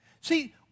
See